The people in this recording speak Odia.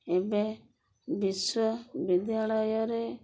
ଏବେ ବିଶ୍ୱବିଦ୍ୟାଳୟରେ